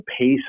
pace